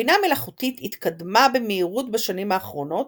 הבינה המלאכותית התקדמה במהירות בשנים האחרונות,